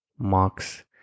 marks